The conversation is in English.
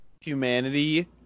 humanity